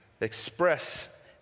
express